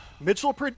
Mitchell